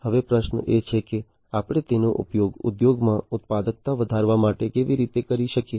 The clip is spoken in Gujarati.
હવે પ્રશ્ન એ છે કે આપણે તેનો ઉપયોગ ઉદ્યોગોમાં ઉત્પાદકતા વધારવા માટે કેવી રીતે કરી શકીએ